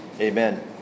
Amen